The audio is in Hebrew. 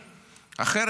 אחרת,